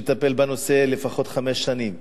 גם כמי שמטפל בנושא לפחות חמש שנים,